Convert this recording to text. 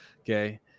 okay